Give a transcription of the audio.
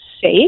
safe